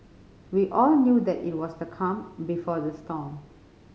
we all knew that it was the calm before the storm